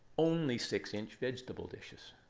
only six inch vegetable dishes.